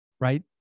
right